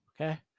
Okay